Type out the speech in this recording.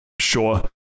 sure